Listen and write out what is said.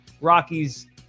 Rockies